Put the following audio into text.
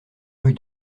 rue